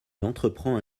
entreprend